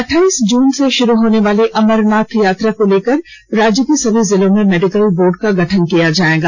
अठाइस जून से शुरू होनेवाले अमरनाथ यात्रा को लेकर राज्य के सभी जिलों में मेडिकल बोर्ड का गठन किया जाएगा